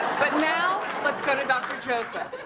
but, now let's go to dr. joseph.